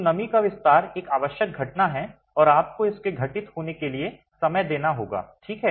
तो नमी का विस्तार एक आवश्यक घटना है और आपको इसके घटित होने के लिए समय देना होगा ठीक है